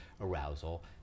arousal